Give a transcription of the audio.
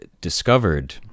discovered